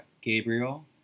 Gabriel